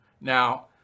Now